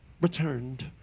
returned